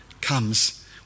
comes